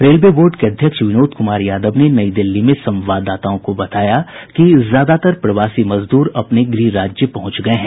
railway board के अध्यक्ष विनोद कुमार यादव ने नई दिल्ली में संवाददाताओं को बताया कि ज्यादातर प्रवासी मजदूर अपने गृह राज्य पहुंच गये हैं